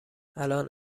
الان